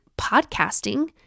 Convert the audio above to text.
podcasting